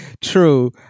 True